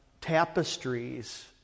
tapestries